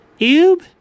Oob